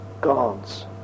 gods